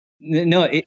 No